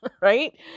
right